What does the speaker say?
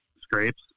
scrapes